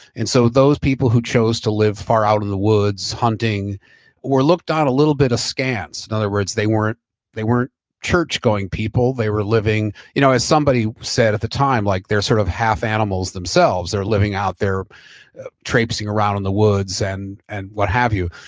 and so those people who chose to live far out in the woods hunting or looked out a little bit askance, in other words they weren't they weren't church going people. they were living, you know as somebody said at the time, like they're sort of half animals themselves. they're living out their traipsing around in the woods and and what have you,